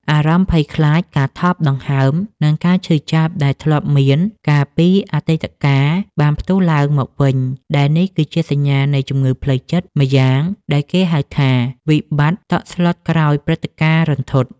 អារម្មណ៍ភ័យខ្លាច ការថប់ដង្ហើម និងការឈឺចាប់ដែលធ្លាប់មានកាលពីអតីតកាល បានផ្ទុះឡើងមកវិញ ដែលនេះគឺជាសញ្ញានៃជំងឺផ្លូវចិត្តម្យ៉ាងដែលគេហៅថា វិបត្តិតក់ស្លុតក្រោយព្រឹត្តិការណ៍រន្ធត់។